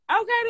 Okay